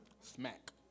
smack